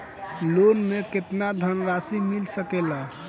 Loan मे केतना धनराशी मिल सकेला?